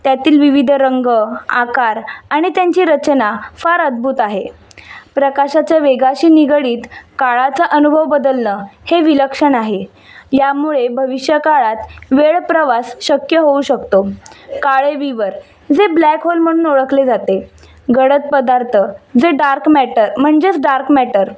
त्यातील विविध रंग आकार आणि त्यांची रचना फार अद्भूत आहे प्रकाशाच्या वेगाशी निगडीत काळाचा अनुभव बदलनं हे विलक्षण आहे यामुळे भविष्यकाळात वेळ प्रवास शक्य होऊ शकतो काळे विवर जे ब्लॅक होल म्हणून ओळखले जाते गडद पदार्त जे डार्क मॅटर म्हणजेच डार्क मॅटर